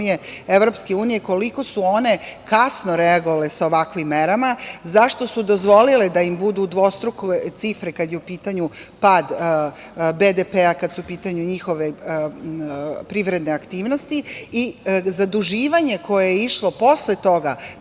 ekonomije EU koliko su one kasno reagovale sa ovakvim merama. Zašto su dozvolile da im budu dvostruke cifre kada je u pitanju pad BDP-a, kada su u pitanju njihove privredne aktivnosti? Zaduživanje koje je išlo posle toga